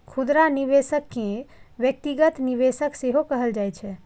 खुदरा निवेशक कें व्यक्तिगत निवेशक सेहो कहल जाइ छै